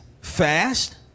fast